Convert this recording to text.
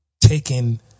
taken